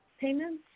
payments